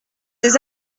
des